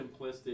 simplistic